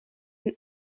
and